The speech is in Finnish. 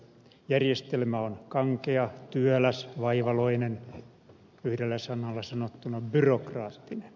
järjestelmä on kankea työläs vaivalloinen yhdellä sanalla sanottuna byrokraattinen